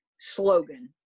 slogan